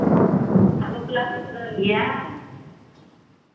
ᱫᱟᱜ ᱵᱟᱯᱞᱟ ᱦᱚᱧ ᱫᱚᱱ ᱜᱮᱭᱟ